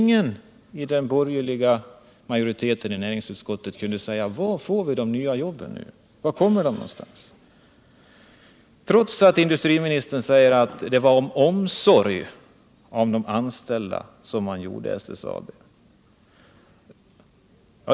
Ingen i den borgerliga majoriteten i näringsutskottet kunde säga var de nya jobben nu skulle komma, trots att industriministern säger att det var av omsorg om de anställda som man skapade SSAB.